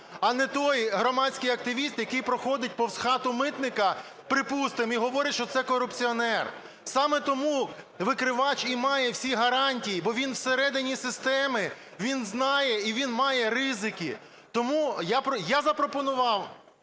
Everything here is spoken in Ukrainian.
а не той громадський активіст, який проходить повз хату митника, припустимо, і говорить, що це корупціонер. Саме тому викривач і має всі гарантії, бо він всередині системи, він знає і він має ризики. Тому я запропонував